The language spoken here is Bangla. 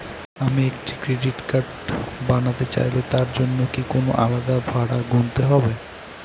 আমি একটি ক্রেডিট কার্ড বানাতে চাইলে তার জন্য কি কোনো আলাদা ভাড়া গুনতে হবে?